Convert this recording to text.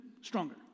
stronger